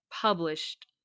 published